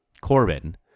Corbin